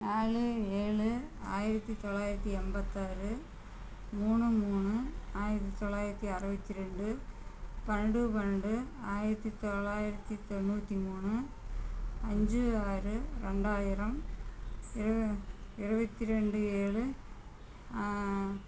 நாலு ஏழு ஆயிரத்து தொள்ளாயிரத்து எண்பத்தாறு மூணு மூணு ஆயிரத்து தொள்ளாயிரத்து அறுபத்தி ரெண்டு பன்னெண்டு பன்னெண்டு ஆயிரத்து தொள்ளாயிரத்து தொண்ணூற்றி மூணு அஞ்சு ஆறு ரெண்டாயிரம் இருவ இருபத்தி ரெண்டு ஏழு